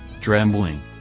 trembling